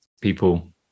people